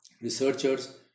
researchers